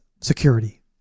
security